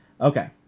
Okay